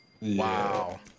Wow